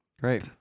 great